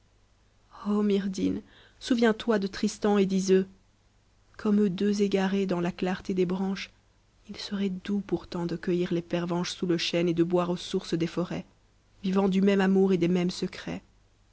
myrdhinn souviens-toi de tristan et d'yseul comme eux deux égares dans la clarté des branches il serait doux pourtant de cueillir les pervenches sous le chêne et de boire aux sources des forêts vivant du même amour et des mêmes secrets